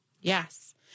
Yes